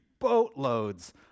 Boatloads